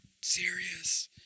serious